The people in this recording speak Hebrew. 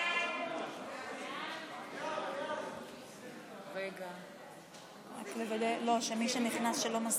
חוק הארכת תקופות וקיום דיונים בהיוועדות חזותית בענייני תכנון ובנייה